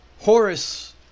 Horace